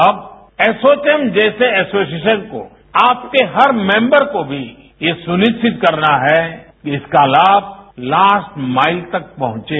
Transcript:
अब एसौचम जैसे एसोसिएशन को आपके हर मेंबर को भी यह सुनिश्चित करना है कि इसका लाभ लास्ट माइल तक पहुंचे